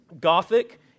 Gothic